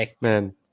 man